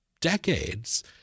decades